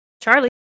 Charlie